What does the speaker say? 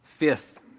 Fifth